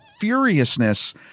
furiousness